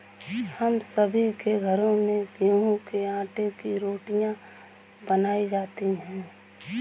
हम सभी के घरों में गेहूं के आटे की रोटियां बनाई जाती हैं